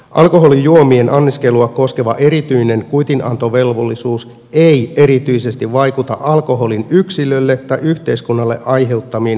alkoholijuomien anniskelua koskeva erityinen kuitinantovelvollisuus ei erityisesti vaikuta alkoholin yksilölle tai yhteiskunnalle aiheuttamiin haittoihin